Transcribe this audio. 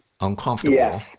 uncomfortable